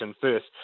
first